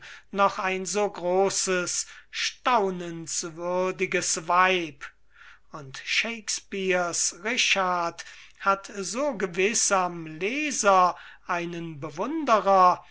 noch ein großes staunenswürdiges weib und shakespear's richard hat so gewiß am leser einen bewunderer